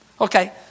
Okay